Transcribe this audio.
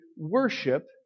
worship